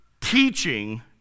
teaching